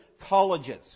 colleges